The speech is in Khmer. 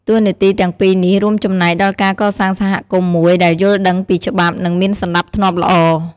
តួនាទីទាំងពីរនេះរួមចំណែកដល់ការកសាងសហគមន៍មួយដែលយល់ដឹងពីច្បាប់ និងមានសណ្តាប់ធ្នាប់ល្អ។